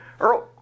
earl